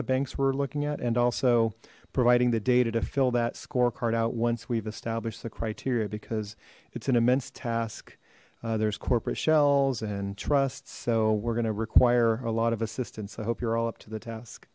the banks we're looking at and also providing the data to fill that scorecard out once we've established the criteria because it's an immense task there's corporate shells and trusts so we're gonna require a lot of assistance i hope you're all up to the task